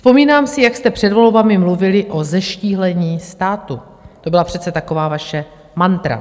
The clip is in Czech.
Vzpomínám si, jak jste před volbami mluvili o zeštíhlení státu, to byla přece taková vaše mantra.